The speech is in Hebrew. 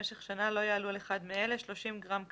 במשך שנה לא יעלו על אחד מאלה: 30 גרם קדמיום,